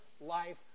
life